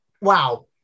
wow